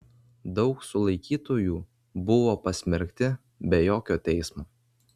daug sulaikytųjų buvo pasmerkti be jokio teismo